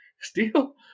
steel